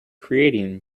creating